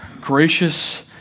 Gracious